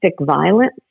violence